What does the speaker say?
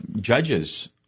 judges